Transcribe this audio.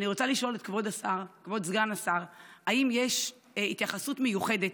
אני רוצה לשאול את כבוד סגן השר אם יש התייחסות מיוחדת